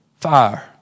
Fire